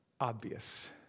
obvious